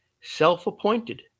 Self-appointed